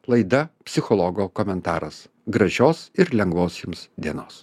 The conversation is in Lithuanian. laida psichologo komentaras gražios ir lengvos jums dienos